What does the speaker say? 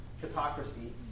hypocrisy